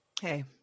Hey